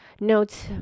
notes